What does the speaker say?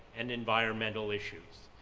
and environmental issues.